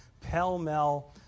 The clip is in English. pell-mell